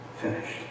finished